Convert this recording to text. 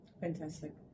Fantastic